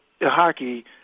hockey